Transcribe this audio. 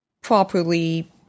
properly